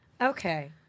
Okay